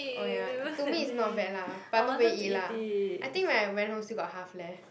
oh ya to me it's not bad lah but nobody eat lah I think when I went home still got half left